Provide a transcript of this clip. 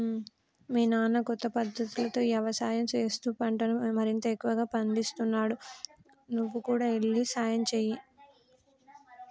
మీ నాన్న కొత్త పద్ధతులతో యవసాయం చేస్తూ పంటను మరింత ఎక్కువగా పందిస్తున్నాడు నువ్వు కూడా ఎల్లి సహాయంచేయి